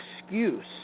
excuse